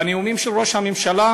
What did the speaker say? בנאומים של ראש הממשלה